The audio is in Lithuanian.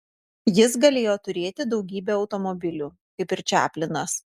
jis galėjo turėti daugybę automobilių kaip ir čaplinas